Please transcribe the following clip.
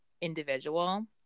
individual